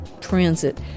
transit